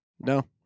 No